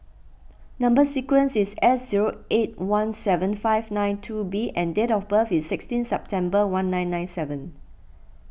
Number Sequence is S zero eight one seven five nine two B and date of birth is sixteen September one nine nine seven